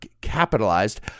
capitalized